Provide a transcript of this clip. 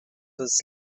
his